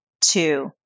two